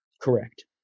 Correct